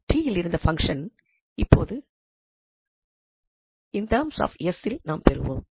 t யில் இருந்த ஃபங்ஷனை இப்போது இன் டெர்ம்ஸ் ஆஃப் s இல் நாம் பெறுவோம்